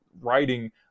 writing